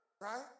right